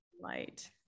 light